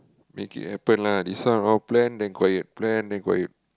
make it happen lah this one all plan then quiet plan then quiet